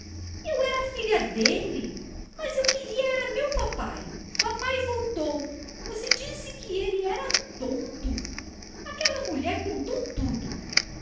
era filha d'elle mas eu queria era meu papae papae voltou você disse que elle era tonto aquella mulher contou tudo